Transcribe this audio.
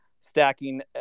stacking